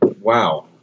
wow